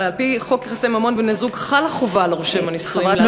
הרי על-פי חוק יחסי ממון בין בני-זוג חלה חובה על רושם הנישואים.